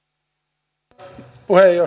arvoisa puhemies